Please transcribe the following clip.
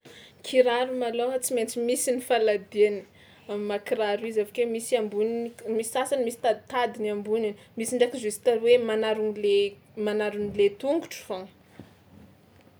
Kiraro malôha tsy maintsy misy ny faladiany am'maha-kiraro izy avy ake misy amboniny k- misy sasany misy taditadiny amboniny, misy ndraiky justa manarona le manarona le tongotro foagna.